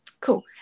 cool